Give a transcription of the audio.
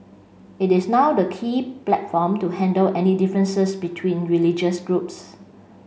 it is now the key platform to handle any differences between religious groups